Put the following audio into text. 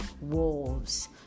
wolves